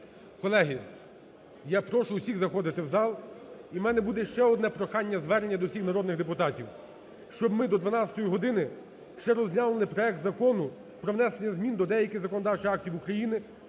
Колеги, я прошу усіх заходити в зал. І в мене буде ще одне прохання-звернення до всіх народних депутатів: щоб ми до 12 години ще розглянули проект Закону про внесення змін до деяких законодавчих актів України